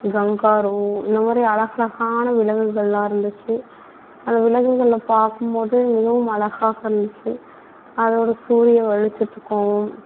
kangaroo இந்த மாதிரி அலகழகான விலங்குகளெல்லாம் இருந்துச்சு அந்த விலங்குகளை பார்க்கும்போது மிகவும் அழகாக இருந்துச்சு அதை ஒரு சூரிய வெளிச்சத்துக்கும்